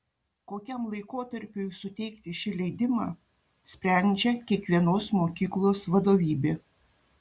kokiam laikotarpiui suteikti šį leidimą sprendžia kiekvienos mokyklos vadovybė